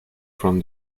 from